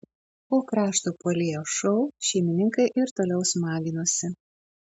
po krašto puolėjo šou šeimininkai ir toliau smaginosi